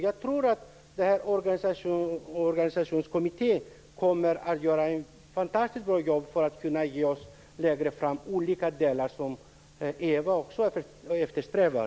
Jag tror att organisationskommittén kommer att göra ett fantastiskt bra jobb för att ge oss det som också Ewa Larsson eftersträvar.